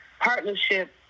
partnership